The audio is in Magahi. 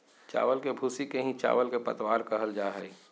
चावल के भूसी के ही चावल के पतवार कहल जा हई